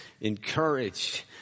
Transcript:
encouraged